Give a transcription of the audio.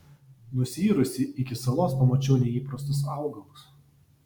nusiyrusi iki salos pamačiau neįprastus augalus